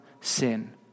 sin